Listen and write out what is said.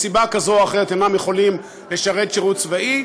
מסיבה כזאת או אחרת אינם יכולים לשרת שירות צבאי,